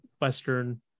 Western